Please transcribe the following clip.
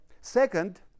second